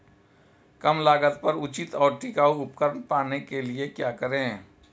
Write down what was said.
कम लागत पर उचित और टिकाऊ उपकरण पाने के लिए क्या करें?